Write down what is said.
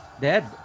dead